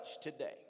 today